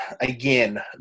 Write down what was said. again